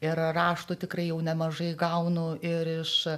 ir raštų tikrai jau nemažai gaunu ir iš